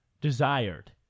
desired